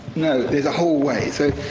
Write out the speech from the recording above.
no, there's a whole way. so,